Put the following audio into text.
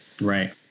Right